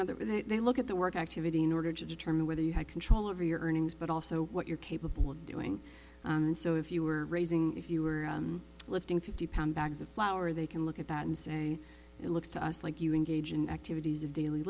know that when they they look at the work activity in order to determine whether you have control over your earnings but also what you're capable of doing and so if you were raising if you were lifting fifty pound bags of flour they can look at that and say it looks to us like you engage in activities of daily